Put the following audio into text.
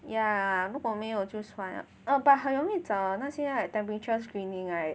yeah 如果没有就算了 but 很容易找那些 like temperature screening right